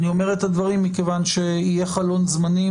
אני אומר את הדברים מכיוון שיהיה חלון זמנים